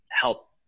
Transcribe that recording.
help